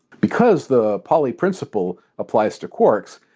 because the pauli principle applies to quarks,